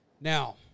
Now